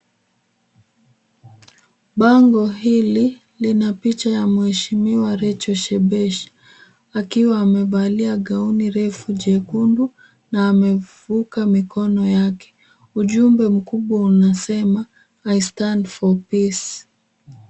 Bango hili lina picha ya mheshimiwa Rachel Shebesh akiwa amevalia gauni refu jekundu na amevuka mikono yake. Ujumbe mkubwa unasema I Stand for Peace .